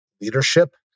leadership